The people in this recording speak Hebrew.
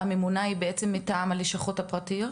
הממונה היא בעצם מטעם הלשכות הפרטיות?